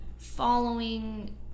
Following